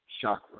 chakra